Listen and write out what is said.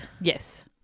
Yes